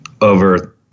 over